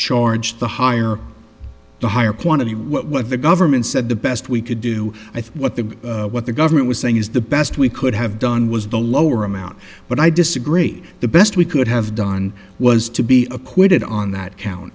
charge the higher the higher point to what the government said the best we could do i think what the what the government was saying is the best we could have done was the lower amount but i disagree the best we could have done was to be acquitted on that count